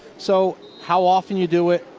so how off and you do it,